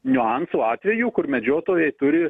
niuansų atvejų kur medžiotojai turi